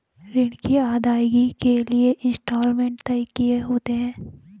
ऋण की अदायगी के लिए इंस्टॉलमेंट तय किए होते हैं